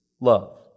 love